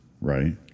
right